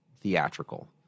theatrical